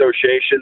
Association